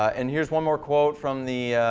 and here is one more quote from the